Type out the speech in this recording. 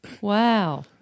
Wow